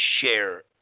share